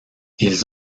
ils